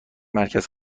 مرکز